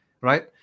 Right